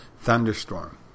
thunderstorm